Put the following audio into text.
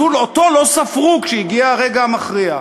אז אותו לא ספרו כשהגיע הרגע המכריע.